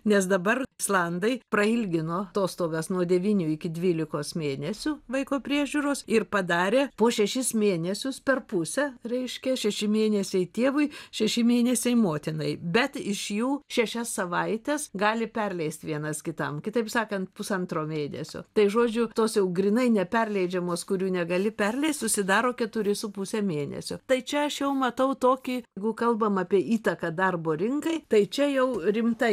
nes dabar islandai prailgino atostogas nuo devynių iki dvylikos mėnesių vaiko priežiūros ir padarė po šešis mėnesius per pusę reiškia šeši mėnesiai tėvui šeši mėnesiai motinai bet iš jų šešias savaites gali perleisti vienas kitam kitaip sakant pusantro mėnesio tai žodžiu tos jau grynai neperleidžiamos kurių negali perleist susidaro keturi su puse mėnesio tai čia aš jau matau tokį egu kalbame apie įtaką darbo rinkai tai čia jau rimta